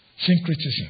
Syncretism